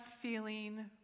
feeling